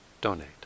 donate